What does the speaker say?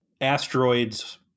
asteroids